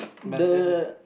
but there's a